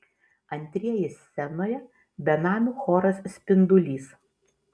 antrieji scenoje benamių choras spindulys